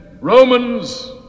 Romans